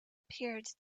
appeared